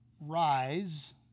rise